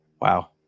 wow